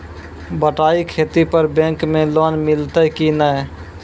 बटाई खेती पर बैंक मे लोन मिलतै कि नैय?